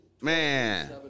Man